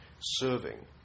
serving